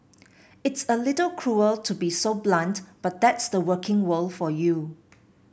it's a little cruel to be so blunt but tha's the working world for you